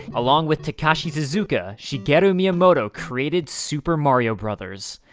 along with takashi tezuka, shigeru miyamoto created super mario brothers.